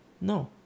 No